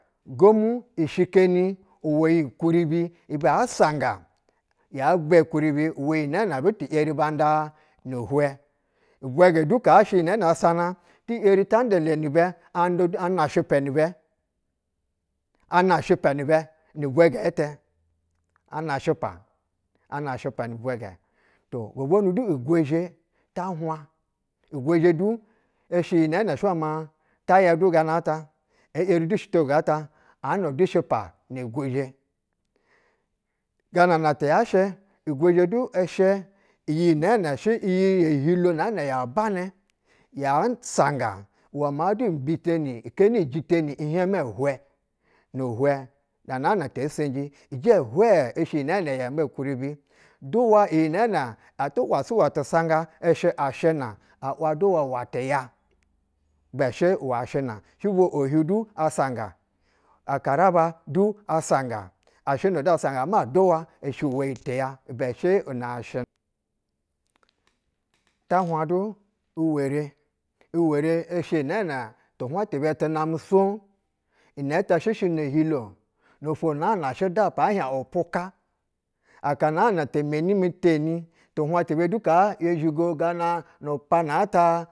Gomu i shikeni uwɛ yi kuribi ibɛ sanga ɛvwɛ ukunbi uwɛ yi nɛ butu eri nda ni hwɛ, ukunbi uwɛ yi nɛ butu erinda ni hwɛ ivwɛgɛ du kaa shɛ iyi nɛɛnɛ sasana ti yeri ta nda le ni bɛ, anda du ana shɛpa nibɛ ana shɛpa ni bɛ ni vwɛjɛ tɛ ana ghɛ ano, shɛ, ana shɛpa ni vwɛ jɛ gobugonu igouezhe ta hwaŋ, igwe zhe du ishɛ iyi nana ma taya du ganata e’yeri shitogo ganata ana du shɛpa ni gwezhe ganana ti ya igwezhe ishɛ uji nɛɛ nɛ shɛ iyi yo ohilo ngɛ nɛ ya banɛ a sauga uwɛ ma uwɛ ma du mbiseni koni titeni ihiɛmɛ hwɛ ni hwɛ aka nas na ti seliji iŋ. Ijɛ hwɛ ishɛ nɛɛ ɛ ye mbɛ kuribi duwa iyi nɛɛnɛ atu’ wa su wɛ tu sauga ishɛ ashɛ na a hwaŋ duwa uwɛ tiya ibɛ shɛ uwɛ shina. shɛ bwo ohiu du asanga, akaraba du asanga ashɛ na da asanga ama duwa ishɛ uwɛ yi tiya ibɛ shɛ inɛ ashɛna. ta hwaŋ du iwere, iwere shɛ iyi nɛɛ nɛ tu bwaŋ ti bɛtu namɛ swoy inɛtɛ sheshe no hilo nofwo nana shɛ udapa ɛhiɛŋ upuka aka naa nate meni miteni tu hwaŋ ti bɛ du kaa yo zhigo gana nu piana ta.